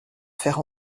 faire